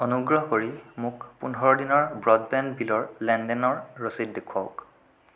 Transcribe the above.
অনুগ্ৰহ কৰি মোক পোন্ধৰ দিনৰ ব্ৰডবেণ্ড বিলৰ লেনদেনৰ ৰচিদ দেখুৱাওক